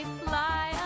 fly